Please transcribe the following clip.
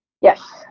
Yes